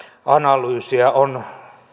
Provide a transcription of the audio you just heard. analyysia on